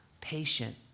patient